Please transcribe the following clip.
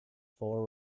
four